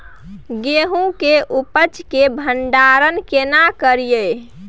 गेहूं के उपज के भंडारन केना करियै?